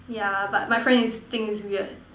yeah but my friend is think it's weird